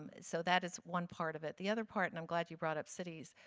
um so that is one part of it. the other part, and i'm glad you brought up cities,